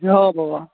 हॅं बाबा